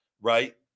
right